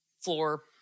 floor